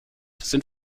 sind